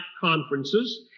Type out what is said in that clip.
conferences